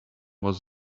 was